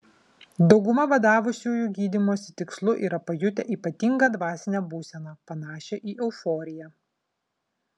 dauguma badavusiųjų gydymosi tikslu yra pajutę ypatingą dvasinę būseną panašią į euforiją